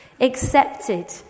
Accepted